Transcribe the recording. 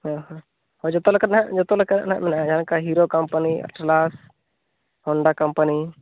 ᱡᱚᱛᱚ ᱞᱮᱠᱟᱱ ᱦᱟᱸᱜ ᱡᱚᱛᱚ ᱞᱮᱠᱟᱱᱟᱜ ᱢᱮᱱᱟᱜᱼᱟ ᱡᱟᱦᱟᱸ ᱞᱮᱠᱟ ᱦᱤᱨᱳ ᱠᱳᱢᱯᱟᱱᱤᱭᱟᱜ ᱮᱴᱞᱟᱥ ᱦᱳᱱᱰᱟ ᱠᱳᱢᱯᱟᱱᱤ